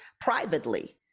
privately